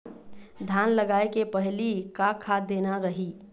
धान लगाय के पहली का खाद देना रही?